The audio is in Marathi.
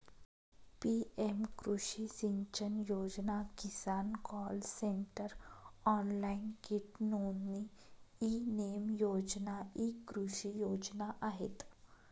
पी.एम कृषी सिंचन योजना, किसान कॉल सेंटर, ऑनलाइन कीट नोंदणी, ई नेम योजना इ कृषी योजना आहेत